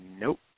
Nope